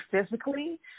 physically